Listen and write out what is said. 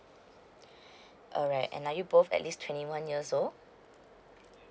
alright and like you both at least twenty one years old